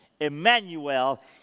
Emmanuel